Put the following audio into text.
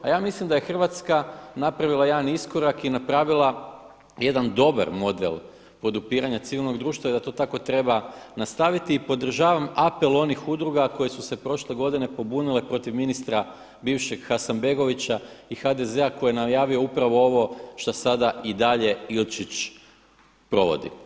A ja mislim da je Hrvatska napravila jedan iskorak i napravila jedan dobar model podupiranja civilnog društva i da to tako treba nastaviti i podržavam apel onih udruga koje su se prošle godine pobunile protiv ministra bivšeg Hasanbegovića i HDZ koji je najavio upravo ovo šta sada i dalje Ilčić provodi.